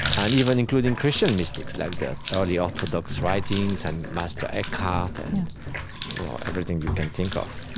and even including christian mystics, like the early orthodox writings and meister eckhart, and everything you can think of.